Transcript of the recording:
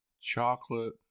chocolate